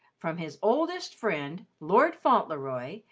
from his oldest friend, lord fauntleroy,